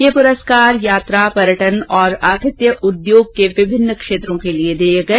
ये पुरस्कार यात्रा पर्यटन और आतिथ्य उद्योग के विभिन्न क्षेत्रों के लिए दिए गए